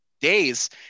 days